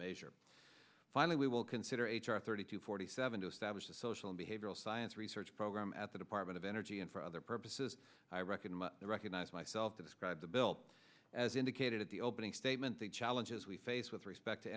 measure finally we will consider h r thirty to forty seven to establish the social and behavioral science research program at the department of energy and for other purposes i reckon the recognize myself to describe the bill as indicated at the opening statement the challenges we face with respect to